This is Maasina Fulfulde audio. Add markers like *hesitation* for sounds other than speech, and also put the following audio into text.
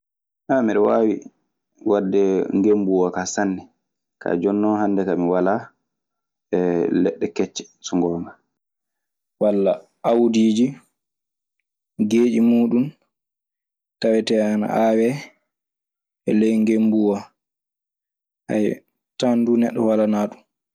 *hesitation* miɗe waawi waɗde ngennbu oo kaa sanne. Kaa jooni non hannde kaa mi walaa *hesitation* leɗɗe kecce. So ngoonga walla awdiiji geeƴi muuɗum tawetee ana aawee ley ngenmbuuwa. *hesitation* tan duu neɗɗo walaanaa ɗum.